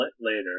later